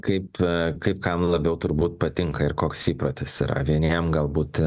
kaip kaip kam labiau turbūt patinka ir koks įprotis yra vieniem galbūt